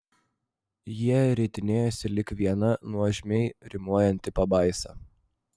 jie ritinėjosi lyg viena nuožmiai riaumojanti pabaisa